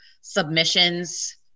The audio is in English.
submissions